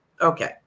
Okay